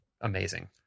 amazing